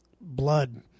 blood